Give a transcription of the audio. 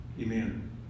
Amen